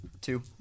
Two